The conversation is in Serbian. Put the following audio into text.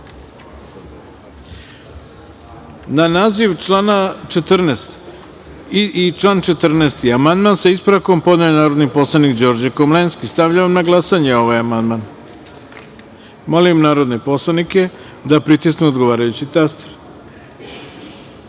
iznad člana 64. i član 64. amandman, sa ispravkom, podneo je narodni poslanik Đorđe Komlenski. Stavljam na glasanje ovaj amandman. Molim narodne poslanike da pritisnu odgovarajući taster